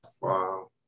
Wow